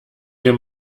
wir